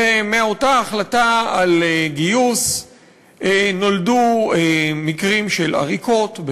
ומאותה החלטה על גיוס נולדו מקרים של עריקות,